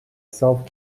self